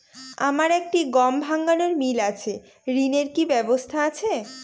আমার একটি গম ভাঙানোর মিল আছে ঋণের কি ব্যবস্থা আছে?